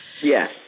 Yes